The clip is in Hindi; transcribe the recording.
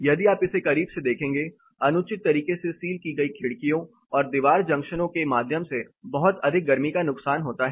यदि आप इसे करीब से देखेंगे अनुचित तरीके से सील की गई खिड़कियों और दीवार जंक्शनों के माध्यम से बहुत अधिक गर्मी का नुकसान होता है